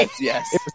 yes